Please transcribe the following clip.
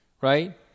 right